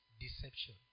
deception